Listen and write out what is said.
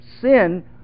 sin